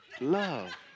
Love